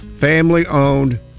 family-owned